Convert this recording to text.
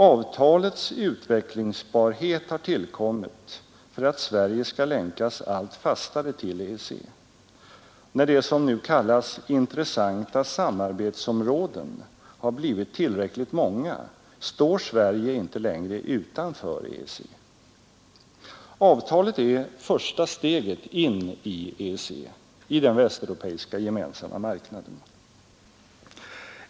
Avtalets utvecklingsbarhet har tillkommit för att Sverige skall länkas allt fastare till EEC. När de ”intressanta samarbetsområdena” blivit tillräckligt många står Sverige inte längre utanför EEC Avtalet är första steget in i EEC — i den västeuropeiska gemenskapen.